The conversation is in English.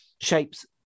shapes